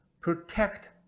protect